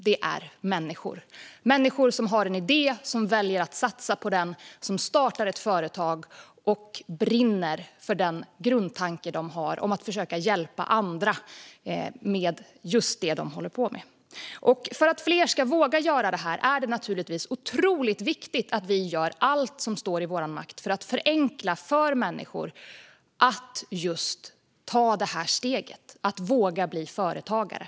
Det är människor - människor som har en idé, som väljer att satsa på den, som startar ett företag och brinner för den grundtanke de har och för att försöka hjälpa andra med just det som de håller på med. För att fler ska våga göra detta är det naturligtvis otroligt viktigt att vi gör allt som står i vår makt för att förenkla för människor att just ta detta steg och våga bli företagare.